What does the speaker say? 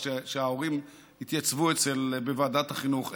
כשההורים התייצבו בוועדת החינוך.